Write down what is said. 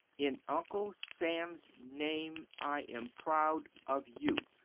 in uncle sam's name i am proud of you.